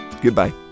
Goodbye